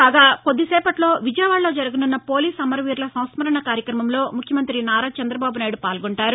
కాగా కొద్దిసేపట్లో విజయవాదలో జరగనున్న పోలీసు అమరవీరుల సంస్కరణ కార్యక్రమంలో ముఖ్యమంత్రి నారా చందబాబునాయుడు పాల్గొంటారు